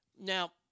Now